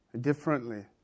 differently